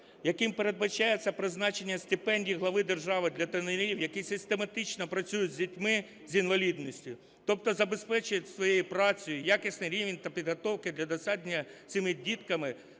яким передбачається призначення стипендій глави держави для тренерів, які систематично працюють з дітьми з інвалідністю, тобто забезпечують своєю працею якісний рівень підготовки для досягнення цими дітками